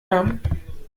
haben